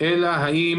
אלא האם